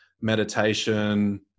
Meditation